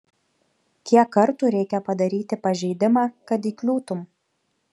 kiek kartų reikia padaryti pažeidimą kad įkliūtum